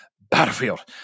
Battlefield